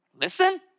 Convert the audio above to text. listen